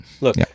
Look